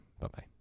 Bye-bye